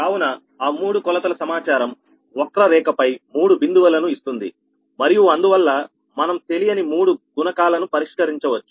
కావున ఆ మూడు కొలతల సమాచారం వక్ర రేఖ పై మూడు బిందువులను ఇస్తుంది మరియు అందువల్ల మనము తెలియని మూడు గుణకాలను పరిష్కరించవచ్చు